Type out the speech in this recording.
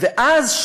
ואז,